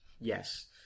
yes